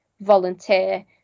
volunteer